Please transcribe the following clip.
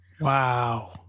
Wow